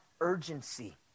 urgency